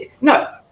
no